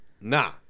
Nah